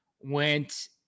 went